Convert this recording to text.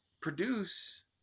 produce